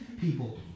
people